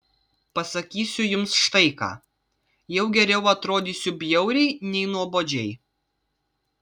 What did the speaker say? pasakysiu jums štai ką jau geriau atrodysiu bjauriai nei nuobodžiai